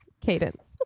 cadence